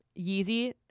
Yeezy